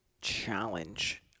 challenge